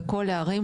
בכל הערים,